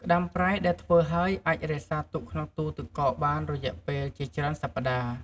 ក្ដាមប្រៃដែលធ្វើហើយ អាចរក្សាទុកក្នុងទូទឹកកកបានរយៈពេលជាច្រើនសប្តាហ៍។